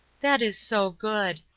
that is so good.